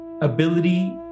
ability